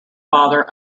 father